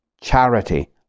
Charity